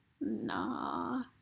Nah